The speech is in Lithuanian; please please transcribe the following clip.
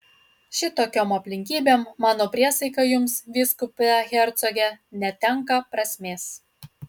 šitokiom aplinkybėm mano priesaika jums vyskupe hercoge netenka prasmės